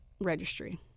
registry